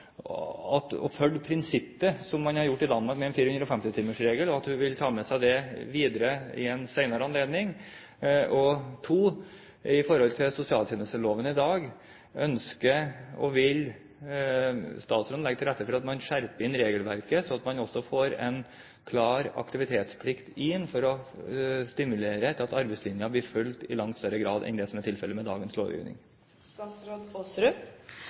med seg videre? For det andre, med tanke på sosialtjenesteloven i dag: Ønsker og vil statsråden legge til rette for at man skjerper inn regelverket, slik at man også får inn en klar aktivitetsplikt for å stimulere til at arbeidslinjen blir fulgt i langt større grad enn det som er tilfellet med dagens lovgivning?